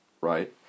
right